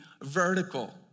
vertical